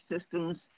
systems